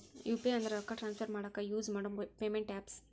UPI ಅಂದ್ರ ರೊಕ್ಕಾ transfer ಮಾಡಾಕ ಯುಸ್ ಮಾಡೋ ಪೇಮೆಂಟ್ ಆಪ್ಸ್